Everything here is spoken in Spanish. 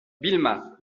vilma